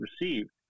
received